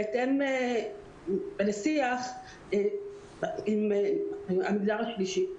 בהתאם לשיח עם המגזר השלישי.